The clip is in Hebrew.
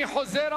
אני חוזר,